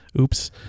Oops